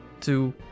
two